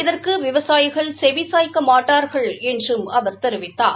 இதற்கு விவசாயிகள் செவிசாய்க்க மாட்டார்கள் என்றும் அவர் தெரிவித்தார்